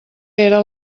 era